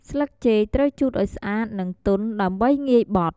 ស្លឹកចេកត្រូវជូតឲ្យស្អាតនិងទន់ ដើម្បីងាយបត់។